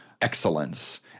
excellence